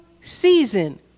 season